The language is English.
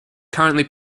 currently